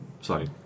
sorry